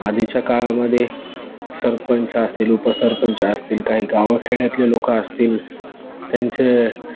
आधीच्या काळामध्ये सरपंच असतील उप सरपंच असतील काही गावाखेड्यातले लोकं असतील त्यांचे